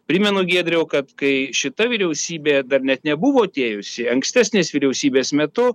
primenu giedriau kad kai šita vyriausybė dar net nebuvo atėjusi ankstesnės vyriausybės metu